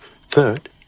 Third